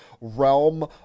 realm